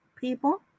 people